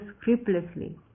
scrupulously